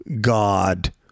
God